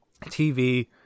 TV